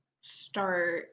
start